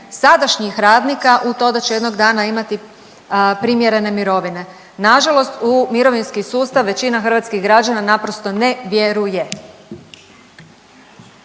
sadašnjih radnika u to da će jednog dana imati primjerene mirovine. Na žalost u mirovinski sustav većina hrvatskih građana naprosto ne vjeruje.